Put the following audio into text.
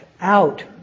Out